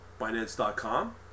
Binance.com